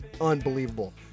Unbelievable